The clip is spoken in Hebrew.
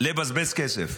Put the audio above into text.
לבזבז כסף.